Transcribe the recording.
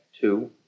two